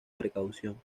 precaución